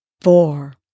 four